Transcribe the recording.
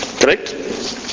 Correct